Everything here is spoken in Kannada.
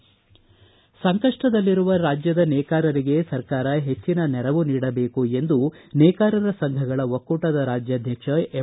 ಚುಟುಕು ಸುದ್ದಿ ಸಂಕಷ್ವದಲ್ಲಿರುವ ರಾಜ್ಯದ ನೇಕಾರರಿಗೆ ಸರ್ಕಾರ ಹೆಚ್ಚನ ನೆರವು ನೀಡಬೇಕು ಎಂದು ನೇಕಾರರ ಸಂಘಗಳ ಒಕ್ಕೂಟದ ರಾಜ್ಯಾಧ್ವಕ್ಷ ಎಂ